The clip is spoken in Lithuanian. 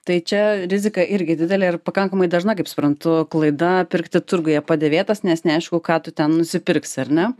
tai čia rizika irgi didelė ir pakankamai dažna kaip suprantu klaida pirkti turguje padėvėtas nes neaišku ką tu ten nusipirksi ar ne